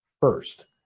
first